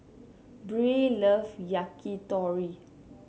Brea loves Yakitori